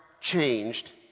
changed